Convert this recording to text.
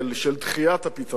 של דחיית הפתרון,